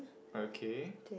okay